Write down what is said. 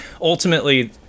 ultimately